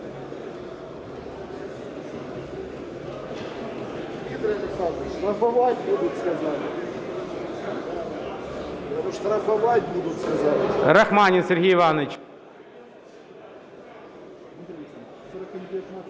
Рахманін Сергій Іванович.